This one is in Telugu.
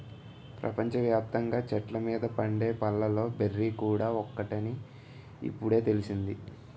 ప్రపంచ వ్యాప్తంగా చెట్ల మీద పండే పళ్ళలో బెర్రీ కూడా ఒకటని ఇప్పుడే తెలిసింది